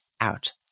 out